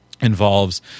involves